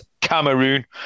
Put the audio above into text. Cameroon